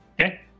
Okay